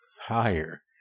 higher